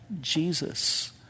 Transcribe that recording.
Jesus